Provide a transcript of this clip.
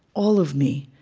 all of me.